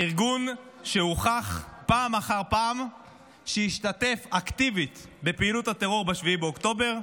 ארגון שהוכח פעם אחר פעם שהשתתף אקטיבית בפעילות הטרור ב-7 באוקטובר,